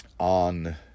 on